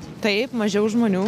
taip mažiau žmonių